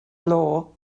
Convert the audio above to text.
law